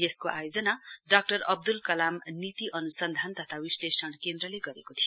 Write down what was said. यसको आयोजना डाक्टर अब्द्रल कलाम नीति अन्सन्धान तथा विश्लेषण केन्द्रले गरेको थियो